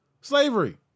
Slavery